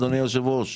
אדוני היושב-ראש,